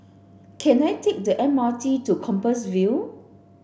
can I take the M R T to Compassvale